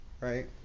right